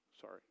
Sorry